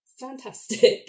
fantastic